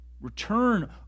Return